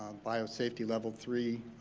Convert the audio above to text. biosafety level three,